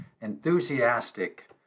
Enthusiastic